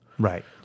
Right